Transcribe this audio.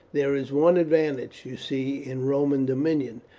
there is one advantage, you see, in roman dominion